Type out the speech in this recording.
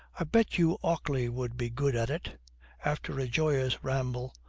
i bet you ockley would be good at it after a joyous ramble,